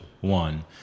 one